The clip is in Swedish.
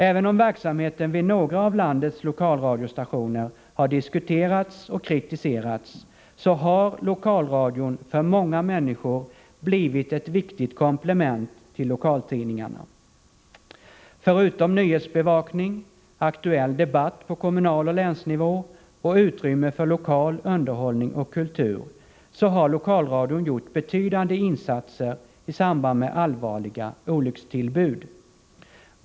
Även om verksamheten vid några av landets lokalradiostationer har diskuterats och kritiserats, har lokalradion för många människor blivit ett viktigt komplement till lokaltidningarna. Förutom t.ex. nyhetsbevakning, aktuell debatt på kommunaloch länsnivå och utrymme för lokal underhållning har lokalradion gjort betydande insatser i samband med allvarliga olyckstillbud.